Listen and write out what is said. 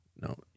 No